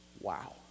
wow